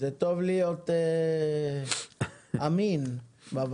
זה טוב להיות אמין בוועדה.